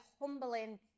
humbling